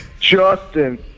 Justin